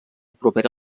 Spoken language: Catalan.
propera